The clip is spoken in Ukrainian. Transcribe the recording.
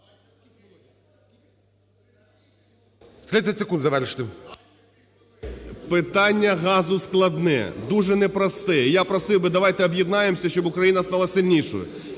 Питання газу складне, дуже непросте і я просив би, давайте об'єднаємося, щоб Україна стала сильнішою.